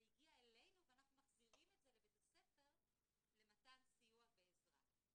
זה הגיע אלינו ואנחנו מחזירים את זה לבית הספר למתן סיוע ועזרה.